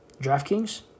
DraftKings